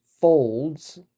folds